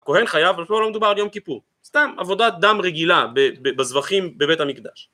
הכהן חייב, ואפילו לא מדובר על יום כיפור, סתם עבודת דם רגילה בזבחים בבית המקדש